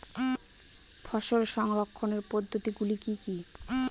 ফসল সংরক্ষণের পদ্ধতিগুলি কি কি?